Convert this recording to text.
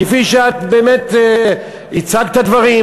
כפי שאת באמת הצגת את הדברים,